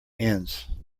ends